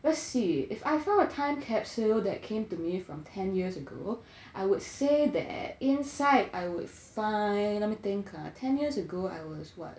let's see if I found a time capsule that came to me from ten years ago I would say that inside I would find let me think ah ten years ago I was what